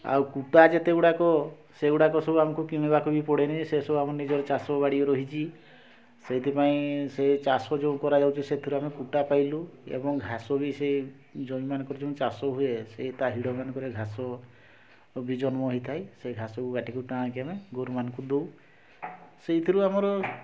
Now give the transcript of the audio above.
ଆଉ କୁଟା ଯେତେ ଗୁଡ଼ାକ ସେଗୁଡ଼ାକ ସବୁ ଆମକୁ କିଣିବାକୁ ବି ପଡ଼େନି ସେ ସବୁ ଆମର ନିଜର ଚାଷ ବାଡ଼ି ରହିଛି ସେଇଥିପାଇଁ ସେଇ ଚାଷ ଯେଉଁ କରାଯାଉଛି ସେଥିରୁ ଆମେ କୁଟା ପାଇଲୁ ଏବଂ ଘାସ ବି ସେ ଜମି ମାନଙ୍କରେ ଯେଉଁ ଚାଷ ହୁଏ ସେ ତା ହିଡ଼ ମାନଙ୍କରେ ଘାସ ବି ଜନ୍ମ ହେଇଥାଏ ସେ ଘାସକୁ କାଟି କୁଟି କି ଆଣିକି ଆମେ ଗୋରୁ ମାନଙ୍କୁ ଦଉ ସେଇଥିରୁ ଆମର